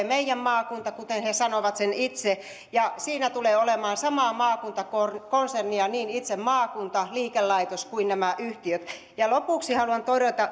meijän maakunta kuten he sanovat sen itse ja siinä tulevat olemaan samaa maakuntakonsernia niin itse maakunta liikelaitos kuin nämä yhtiöt lopuksi haluan